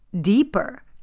deeper